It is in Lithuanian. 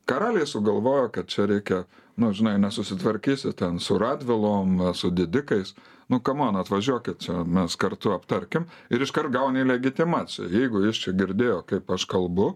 karaliai sugalvojo kad čia reikia nu žinai nesusitvarkysi ten su radvilom su didikais nu kamon atvažiuokit čia mes kartu aptarkim ir iškart gauni legitimaciją jeigu jis čia girdėjo kaip aš kalbu